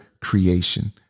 creation